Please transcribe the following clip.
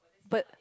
but